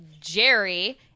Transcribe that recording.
Jerry